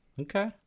Okay